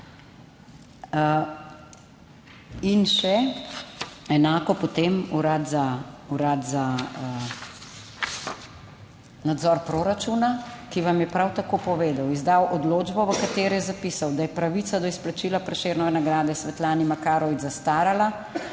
In še enako potem Urad za nadzor proračuna, ki vam je prav tako povedal, izdal odločbo, v kateri je zapisal, da je pravica do izplačila Prešernove nagrade Svetlani Makarovič zastarala,